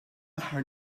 aħħar